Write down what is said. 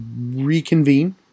reconvene